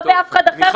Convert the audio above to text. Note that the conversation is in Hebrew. לא באף אחד אחר,